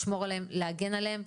לשמור עליהם ולהגן עליהם.